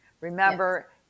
Remember